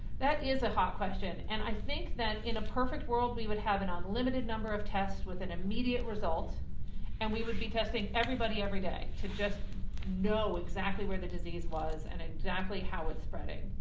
that is a hot question and i think that in a perfect world we would have an unlimited number of tests with an immediate result and we would be testing everybody every day to just know exactly where the disease was and exactly how it's spreading.